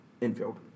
infield